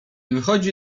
wychodzi